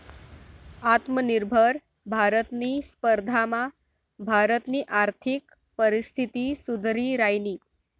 आत्मनिर्भर भारतनी स्पर्धामा भारतनी आर्थिक परिस्थिती सुधरि रायनी